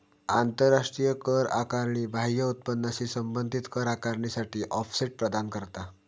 आंतराष्ट्रीय कर आकारणी बाह्य उत्पन्नाशी संबंधित कर आकारणीसाठी ऑफसेट प्रदान करता